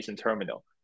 Terminal